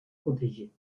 protégés